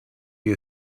you